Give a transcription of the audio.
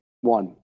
One